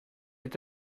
est